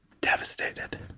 devastated